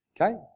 okay